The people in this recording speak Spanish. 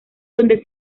donde